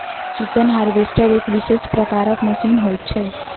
chicken harvester एक विशेष प्रकारक मशीन होइत छै